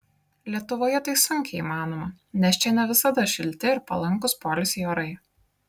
lietuvoje tai sunkiai įmanoma nes čia ne visada šilti ir palankūs poilsiui orai